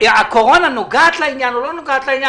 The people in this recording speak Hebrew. "הקורונה נוגעת לעניין או לא נוגעת לעניין",